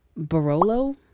Barolo